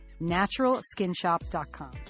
naturalskinshop.com